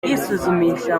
bisuzumisha